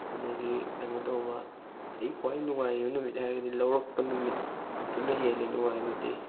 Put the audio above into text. ꯑꯗꯒꯤ ꯀꯩꯅꯣ ꯇꯧꯕ ꯑꯩ ꯈ꯭ꯋꯥꯏ ꯅꯨꯡꯉꯥꯏꯕ ꯅꯨꯃꯤꯠ ꯍꯥꯏꯔꯒꯗꯤ ꯂꯧꯔꯛꯄ ꯅꯨꯃꯤꯠꯇꯨꯅ ꯍꯦꯜꯂꯦ ꯅꯨꯡꯉꯥꯏꯕꯗꯤ